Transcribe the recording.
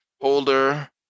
holder